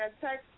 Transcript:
text